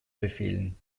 befehlen